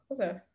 okay